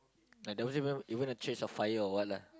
like there wasn't even even a church of fire or what lah